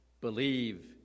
believe